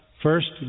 First